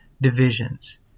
divisions